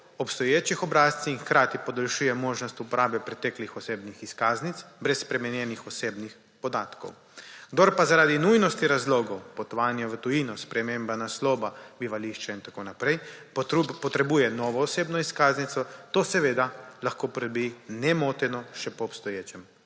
obstoječih obrazcih in hkrati podaljšuje možnost uporabe preteklih osebnih izkaznic brez spremenjenih osebnih podatkov. Kdor pa zaradi nujnosti razlogov; potovanje v tujino, sprememba naslova, bivališča in tako naprej, potrebuje novo osebno izkaznico, to seveda lahko pridobi(?) nemoteno še po obstoječem